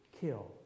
kill